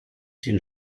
den